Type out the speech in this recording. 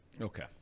Okay